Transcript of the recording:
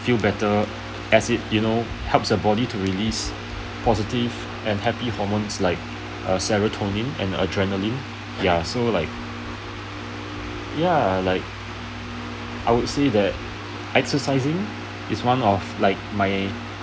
feel better as it you know helps the body to release positive and happy hormones like uh serotonin and adrenaline ya so like ya like I would say that exercising is one of like my